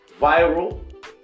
viral